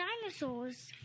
dinosaurs